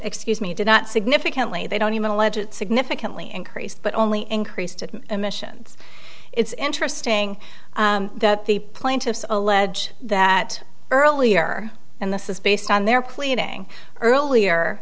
excuse me did not significantly they don't even legit significantly increase but only increased at an emissions it's interesting that the plaintiffs allege that earlier and this is based on their cleaning earlier